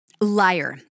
liar